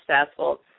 successful